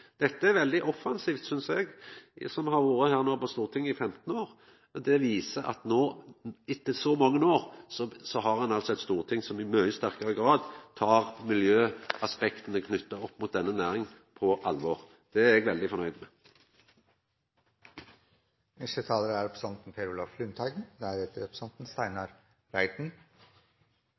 Dette er veldig offensivt, synest eg, som har vore her på Stortinget i 15 år. Det viser at etter så mange år har ein eit storting som i mykje større grad tar miljøaspekta ved denne næringa på alvor. Det er eg veldig fornøgd med. Mange bruker ordet «miljø» fra denne talerstolen. Jeg har lyst til hovedsakelig å snakke om biologi. Det er